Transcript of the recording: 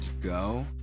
go